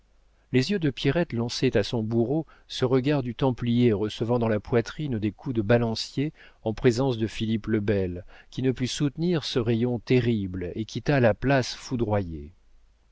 les yeux de pierrette lançaient à son bourreau ce regard du templier recevant dans la poitrine des coups de balancier en présence de philippe le bel qui ne put soutenir ce rayon terrible et quitta la place foudroyé